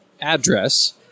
address